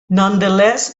nonetheless